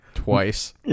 twice